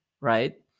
right